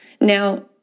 Now